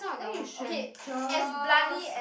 then you should have just